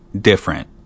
different